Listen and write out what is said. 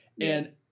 and-